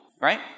right